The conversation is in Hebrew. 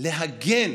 להגן